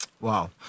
Wow